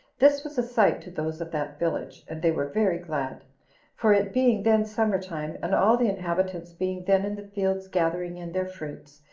this was a sight to those of that village, and they were very glad for it being then summer-time, and all the inhabitants being then in the fields gathering in their fruits,